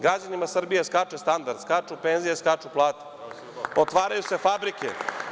Građanima Srbije skače standard, skaču penzije, skaču plate, otvaraju se fabrike.